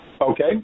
okay